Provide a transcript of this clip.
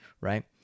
right